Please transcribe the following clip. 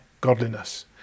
godliness